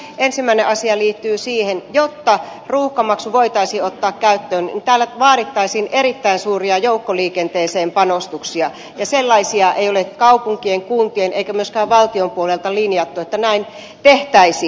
ensimmäinen asia liittyy siihen että jotta ruuhkamaksu voitaisiin ottaa käyttöön täällä vaadittaisiin erittäin suuria joukkoliikenteeseen panostuksia ja sellaisia ei ole kaupunkien kuntien eikä myöskään valtion puolelta linjattu että näin tehtäisiin